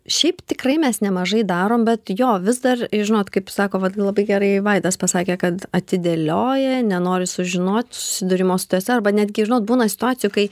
šiaip tikrai mes nemažai darom bet jo vis dar žinot kaip sako vat labai gerai vaidas pasakė kad atidėlioja nenori sužinot susidūrimo su tasa arba netgi žinot būna situacijų kai